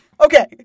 Okay